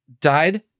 died